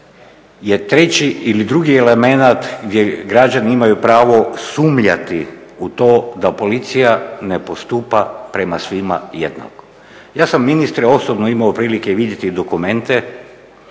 je treći ili drugi elemenat gdje građani imaju pravo sumnjati u to da policija ne postupa prema svima jednako. Ja sam ministre osobno imao prilike vidjeti dokumente